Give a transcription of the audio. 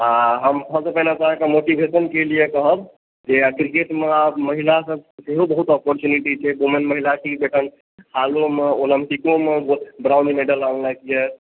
आ हम तऽ सभसँ पहिने अहाँके मोटिवेशनके लिए कहब जे क्रिकेट मे आब महिलाकें सेहो बहुत अपोर्चुनिटी छै वोमेन महिला टीम अखन हालोंमे ओलम्पिकोमऽ ब्रोंज मेडल आनलक यऽ